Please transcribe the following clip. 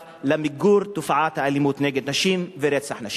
למיגור תופעת האלימות נגד נשים ורצח נשים.